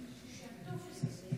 התשפ"ג 2023,